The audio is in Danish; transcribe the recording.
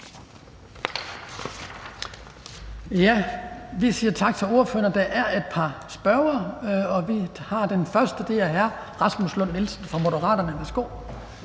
Vi siger tak til ordføreren. Der er et par spørgere. Den første er hr. Rasmus Lund-Nielsen fra Moderaterne. Værsgo.